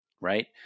right